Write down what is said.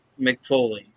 McFoley